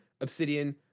obsidian